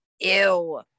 Ew